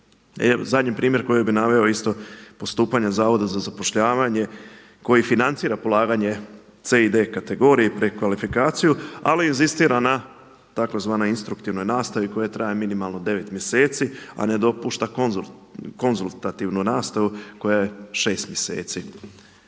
Zadnji primjer koji bi naveo isto postupanje Zavoda za zapošljavanje koji financira polaganje C i D kategorije, prekvalifikaciju ali inzistira na tzv. instruktivnoj nastavi koja traje minimalno 9 mjeseci a ne dopušta konzultativnu nastavu koja je 6 mjeseci.